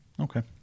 Okay